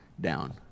down